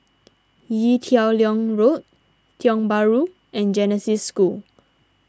Ee Teow Leng Road Tiong Bahru and Genesis School